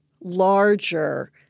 larger